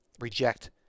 reject